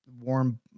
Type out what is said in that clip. warm